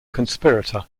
conspirator